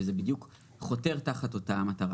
דבר שבדיוק חותר תחת המטרה